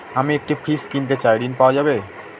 আমি একটি ফ্রিজ কিনতে চাই ঝণ পাওয়া যাবে?